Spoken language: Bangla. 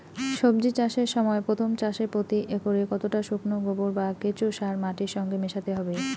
সবজি চাষের সময় প্রথম চাষে প্রতি একরে কতটা শুকনো গোবর বা কেঁচো সার মাটির সঙ্গে মেশাতে হবে?